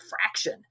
fraction